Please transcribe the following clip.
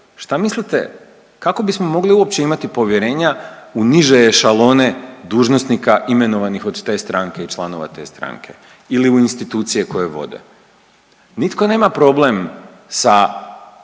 šta mislite kako bismo mogli imali uopće povjerenja u niže ešalone dužnosnika imenovanih od te stranke i članova te stranke ili u institucije koje vode. Nitko nema problem sa